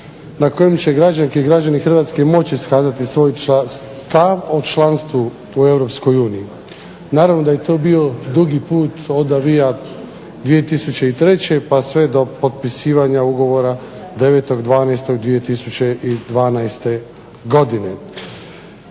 na kojem će građanke i građani Hrvatske moći iskazati svoj stav o članstvu u Europskoj uniji, naravno da je to bio dugi put … 2003. pa sve do potpisivanja ugovora 9. 12. 2012. godine.